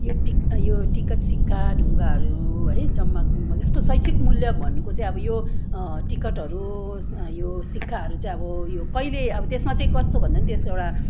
यो टिक् यो टिकट सिक्का ढुङ्गाहरू है जम्मा यसको शैक्षिक मूल्य भन्नुको चाहिँ अब यो टिकटहरू यो सिक्काहरू चाहिँ अब यो कहिले अब त्यसमा चाहिँ कस्तो भन्दा नि त्यसको एउटा